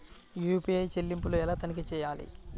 UPI చెల్లింపులు ఎలా తనిఖీ చేయాలి?